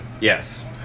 Yes